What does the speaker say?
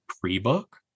pre-book